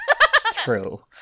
True